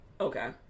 Okay